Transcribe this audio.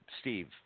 Steve